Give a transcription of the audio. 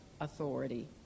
authority